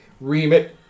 remit